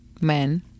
men